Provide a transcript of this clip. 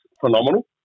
phenomenal